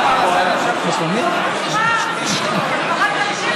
בינתיים תספר לנו, לפחות נקשיב